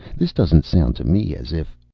this doesn't sound to me as if